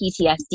ptsd